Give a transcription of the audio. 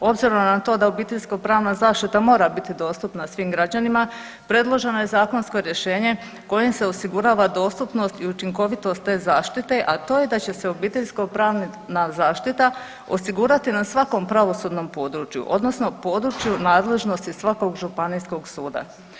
Obzirom na to da obiteljsko pravna zaštita mora biti dostupna svim građanima predloženo je zakonsko rješenje kojim se osigurava dostupnost i učinkovitost te zaštite, a to je da će se obiteljsko pravna zaštita osigurati na svakom pravosudnom području odnosno području nadležnosti svakog županijskog suda.